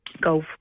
go